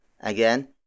Again